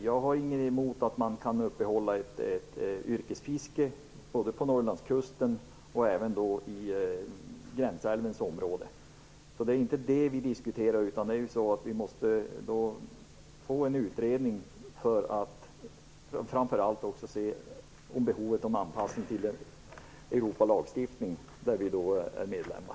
Jag har inget emot att man kan upprätthålla ett yrkesfiske både på Norrlandskusten och i gränsälvens område. Det är inte detta vi diskuterar, utan att vi måste få till stånd en utredning för att framför allt ser över behovet av en anpassning till lagstiftningen inom EU, där vi är medlemmar.